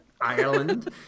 Ireland